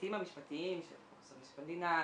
בהיבטים המשפטיים של חוק יסוד משק המדינה,